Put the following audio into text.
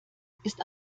ist